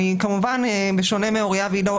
כמובן בשונה מאוריה ועידו,